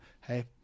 Hey